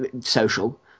social